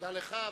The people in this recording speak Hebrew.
תודה לך,